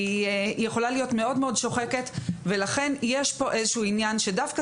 היא יכולה להיות מאוד מאוד שוחקת ולכן יש כאן איזשהו עניין שדווקא